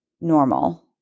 normal